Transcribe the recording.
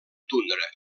tundra